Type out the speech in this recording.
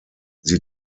sie